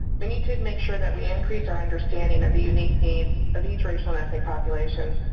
we need to make sure that we increase our understanding of the unique needs of each racial and ethnic population.